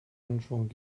anschwung